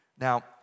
Now